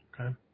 Okay